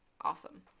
Awesome